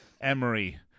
Emery